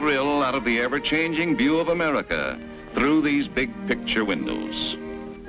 thrill out of the ever changing view of america through these big picture windows a